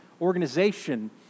organization